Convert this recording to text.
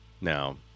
Now